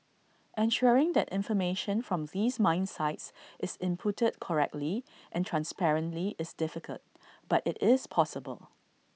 ensuring that information from these mine sites is inputted correctly and transparently is difficult but IT is possible